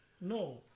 No